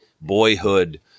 boyhood